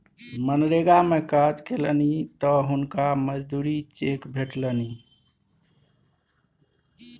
मनरेगा मे काज केलनि तँ हुनका मजूरीक चेक भेटलनि